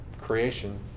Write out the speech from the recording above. creation